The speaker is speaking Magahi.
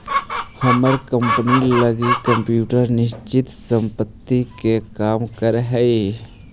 हमर कंपनी लगी कंप्यूटर निश्चित संपत्ति के काम करऽ हइ